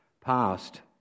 past